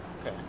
Okay